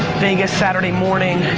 vegas, saturday morning,